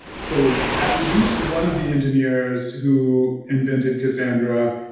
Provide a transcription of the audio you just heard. so, at least one of the engineers who invented cassandra,